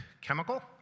Chemical